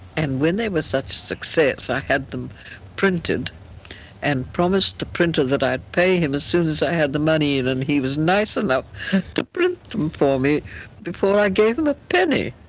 and when they were such a success i had them printed and promised the printer that i'd pay him as soon as i had the money, and and he was nice enough to print them for me before i gave him a penny.